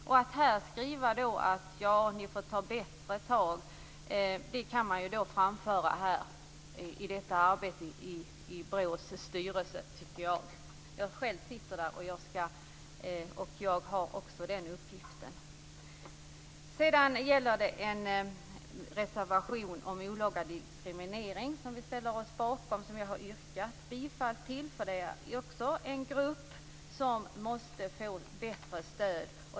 I stället för att skriva att man får ta bättre tag kan man framföra det i arbetet i BRÅ:s styrelse. Jag sitter själv där, och jag har också den uppgiften. Sedan gäller det en reservation om olaga diskriminering, som vi ställer oss bakom. Jag har yrkat bifall till den. Det gäller också en grupp som måste få bättre stöd.